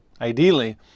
Ideally